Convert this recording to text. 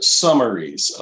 summaries